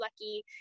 lucky